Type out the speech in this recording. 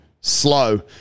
slow